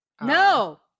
No